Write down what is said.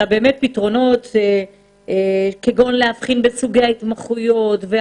אלא באמת פתרונות כמו הבחנה בין סוגי התמחויות או